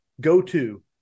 go-to